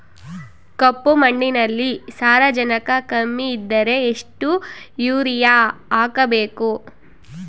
ಕಪ್ಪು ಮಣ್ಣಿನಲ್ಲಿ ಸಾರಜನಕ ಕಮ್ಮಿ ಇದ್ದರೆ ಎಷ್ಟು ಯೂರಿಯಾ ಹಾಕಬೇಕು?